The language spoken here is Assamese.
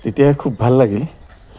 তেতিয়াই খুব ভাল লাগে